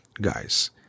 guys